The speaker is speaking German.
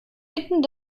mitten